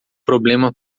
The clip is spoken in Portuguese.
problema